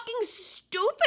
stupid